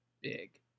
big